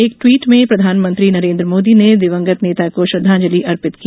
एक ट्वीट में प्रधानमंत्री नरेन्द्र मोदी ने दिवंगत नेता को श्रद्धांजलि अर्पित की